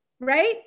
right